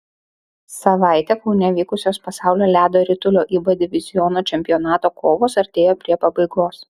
savaitę kaune vykusios pasaulio ledo ritulio ib diviziono čempionato kovos artėja prie pabaigos